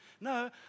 No